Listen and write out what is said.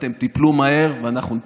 אתם תיפלו מהר ואנחנו נתקן.